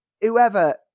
Whoever